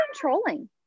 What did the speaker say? controlling